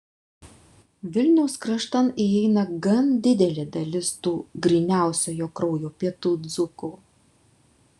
vilniaus kraštan įeina gan didelė dalis tų gryniausiojo kraujo pietų dzūkų